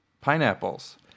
pineapples